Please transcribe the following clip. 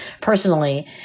personally